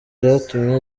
byatumye